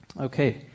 okay